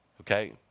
Okay